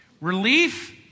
relief